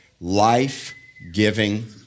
life-giving